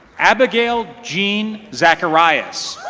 abigail jean zacharias.